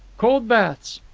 cold baths!